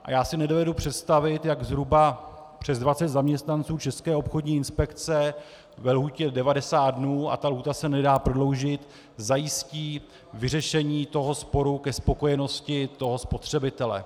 A já si nedovedu představit, jak zhruba přes 20 zaměstnanců České obchodní inspekce ve lhůtě 90 dnů, a ta lhůta se nedá prodloužit, zajistí vyřešení sporu ke spokojenosti spotřebitele.